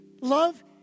love